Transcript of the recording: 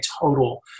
total